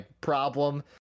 problem